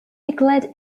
declared